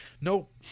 Nope